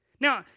Now